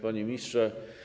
Panie Ministrze!